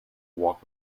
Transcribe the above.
walk